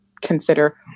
consider